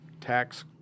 tax